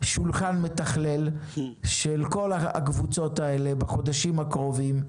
שיהיה שולחן מתכלל של כול הקבוצות האלה בחודשים הקרובים.